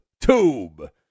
tube